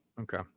Okay